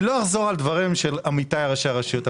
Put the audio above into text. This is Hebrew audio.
אני לא אחזור על דברים של עמיתיי ראשי הרשויות,